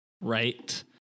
right